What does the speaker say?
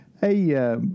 Hey